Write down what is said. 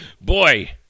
Boy